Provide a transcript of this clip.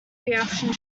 reactions